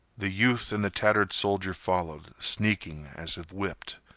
the youth and the tattered soldier followed, sneaking as if whipped,